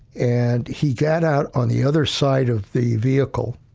and he got out on the other side of the vehicle.